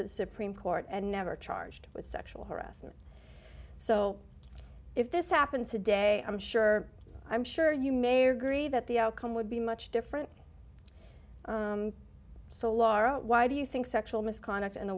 to the supreme court and never charged with sexual harassment so if this happened today i'm sure i'm sure you mayor gree that the outcome would be much different so laura why do you think sexual misconduct in the